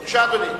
בבקשה, אדוני.